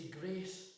grace